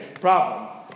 problem